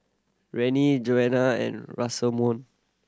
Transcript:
Rennie Johannah and Rosamond